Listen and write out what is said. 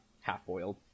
half-boiled